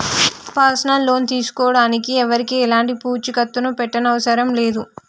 personal loan తీసుకోడానికి ఎవరికీ ఎలాంటి పూచీకత్తుని పెట్టనవసరం లేదు